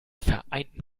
vereinten